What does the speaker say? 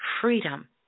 freedom